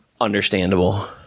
understandable